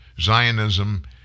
Zionism